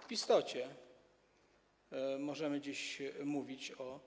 W istocie możemy dziś mówić o